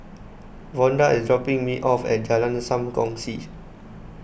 Vonda is dropping me off at Jalan Sam Kongsi